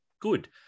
good